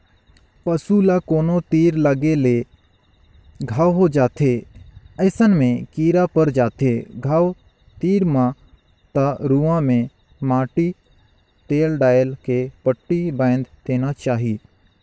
पसू ल कोनो तीर लगे ले घांव हो जाथे अइसन में कीरा पर जाथे घाव तीर म त रुआ में माटी तेल डायल के पट्टी बायन्ध देना चाही